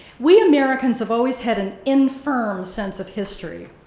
we americans have always had an infirm sense of history.